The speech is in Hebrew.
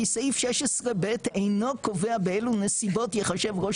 כי סעיף 16 ב' אינו קובע באילו נסיבות ייחשב ראש